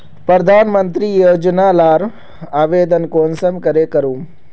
प्रधानमंत्री योजना लार आवेदन कुंसम करे करूम?